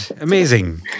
Amazing